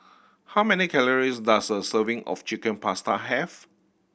how many calories does a serving of Chicken Pasta have